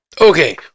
Okay